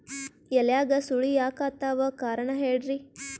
ಎಲ್ಯಾಗ ಸುಳಿ ಯಾಕಾತ್ತಾವ ಕಾರಣ ಹೇಳ್ರಿ?